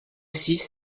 six